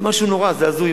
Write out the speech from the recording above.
זה משהו נורא, זה הזוי.